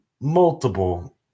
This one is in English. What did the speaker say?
multiple